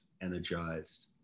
energized